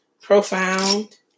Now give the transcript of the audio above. profound